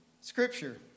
scripture